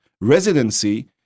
residency